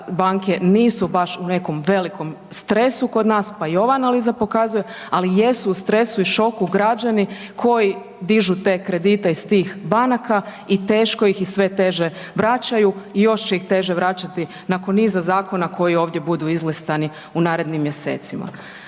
banke nisu baš u nekom velikom stresu kod nas, pa i ova analiza pokazuje. Ali jesu u stresu i šoku građani koji dižu te kredite iz tih banaka i teško ih i sve teže vraćaju i još će ih teže vraćati nakon niza zakona koji ovdje budu izlistani u narednim mjesecima.